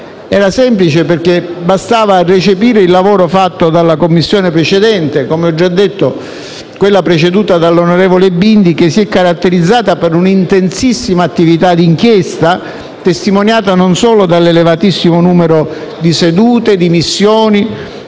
Era semplice, perché bastava recepire il lavoro fatto dalla Commissione precedente - come ho già detto - quella presieduta dall'onorevole Bindi, che si è caratterizzata per un'intensissima attività di inchiesta, testimoniata non solo dall'elevatissimo numero di sedute, di missioni,